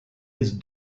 his